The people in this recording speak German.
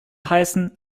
heißen